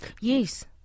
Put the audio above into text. Yes